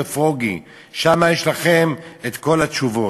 ב"פרוגי", שם יש לכם כל התשובות.